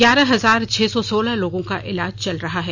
ग्यारह हजार छह सौ सोलह लोगों का इलाज चल रहा है